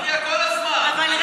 אבל ככה זה,